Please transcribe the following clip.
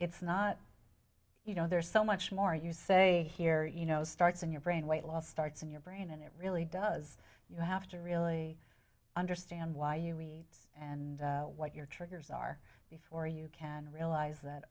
it's not you know there's so much more you say here you know starts in your brain weight loss starts in your brain and it really does you have to really understand why you read and what your triggers are before you can realize that